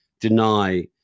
deny